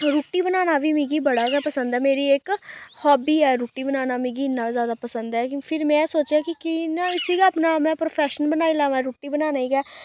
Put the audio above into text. रुट्टी बनाना बी मिगी बड़ा गै पसंद ऐ मेरी इक हाबी ऐ रुट्टी बनाना मिगी इन्ना जैदा पसंद ऐ कि फिर में सोच्चेआ कि की ना इस्सी गै अपना में प्रोफेशन बनाई लैवां रुट्टी बनाने गी गै